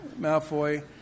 Malfoy